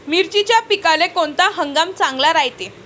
मिर्चीच्या पिकाले कोनता हंगाम चांगला रायते?